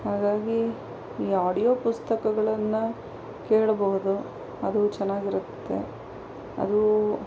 ಹಾಗಾಗಿ ಈ ಆಡಿಯೋ ಪುಸ್ತಕಗಳನ್ನು ಕೇಳ್ಬೌದು ಅದು ಚೆನ್ನಾಗಿರತ್ತೆ ಅದೂ